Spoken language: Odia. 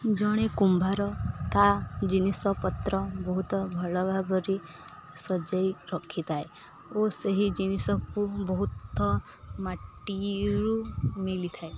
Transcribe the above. ଜଣେ କୁମ୍ଭାର ତା ଜିନିଷପତ୍ର ବହୁତ ଭଲ ଭାବରେ ସଜେଇ ରଖିଥାଏ ଓ ସେହି ଜିନିଷକୁ ବହୁତ ମାଟିରୁ ମିଳିଥାଏ